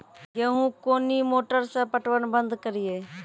गेहूँ कोनी मोटर से पटवन बंद करिए?